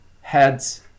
heads